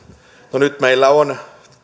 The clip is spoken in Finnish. no nyt meillä on